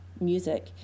music